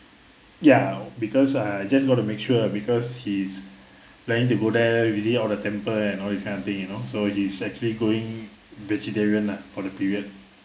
ya because uh just got to make sure because he's planning to go there visit all the temple and all that kind of thing you know so he's actually going vegetarian lah for the period